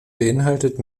beinhaltet